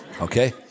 Okay